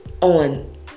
on